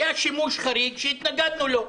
היה שימוש חריג שהתנגדנו לו.